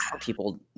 people